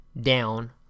down